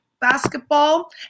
basketball